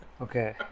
Okay